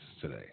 today